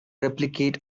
replicate